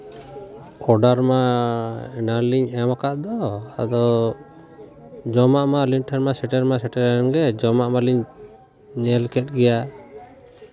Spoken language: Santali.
ᱚᱰᱟᱨ ᱢᱟ ᱮᱱᱟᱱ ᱨᱮᱞᱤᱧ ᱮᱢᱟᱠᱟᱫ ᱫᱚ ᱟᱫᱚ ᱡᱚᱢᱟᱜ ᱢᱟ ᱟᱹᱞᱤᱧ ᱴᱷᱮᱱ ᱢᱟ ᱥᱮᱴᱮᱨ ᱢᱟ ᱥᱮᱴᱮᱨᱮᱱ ᱜᱮ ᱡᱚᱢᱟᱜ ᱢᱟᱞᱤᱧ ᱧᱮᱞ ᱠᱮᱫ ᱜᱮᱭᱟ